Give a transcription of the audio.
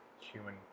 human